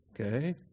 Okay